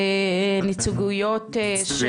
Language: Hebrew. הפרטיות ונציגויות של